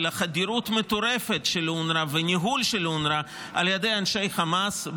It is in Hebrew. חדירות מטורפת של אונר"א וניהול של אונר"א על ידי אנשי חמאס.